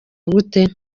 gute